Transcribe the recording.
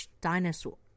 dinosaur